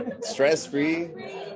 Stress-free